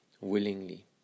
willingly